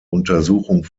untersuchung